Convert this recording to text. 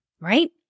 right